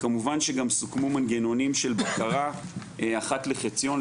וכמובן שגם סוכמו מנגנונים של בקרה אחת לחציון.